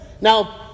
Now